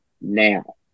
now